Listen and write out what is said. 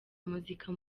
muzika